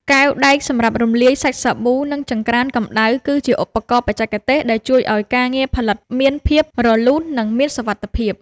កែវដែកសម្រាប់រំលាយសាច់សាប៊ូ និងចង្ក្រានកម្ដៅ គឺជាឧបករណ៍បច្ចេកទេសដែលជួយឱ្យការងារផលិតមានភាពរលូន និងមានសុវត្ថិភាព។